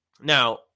now